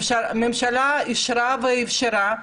הממשלה אישרה ואפשרה,